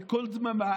בקול דממה,